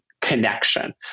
connection